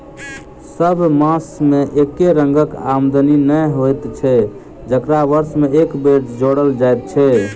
सभ मास मे एके रंगक आमदनी नै होइत छै जकरा वर्ष मे एक बेर जोड़ल जाइत छै